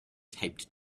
taped